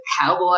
cowboy